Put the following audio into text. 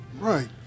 Right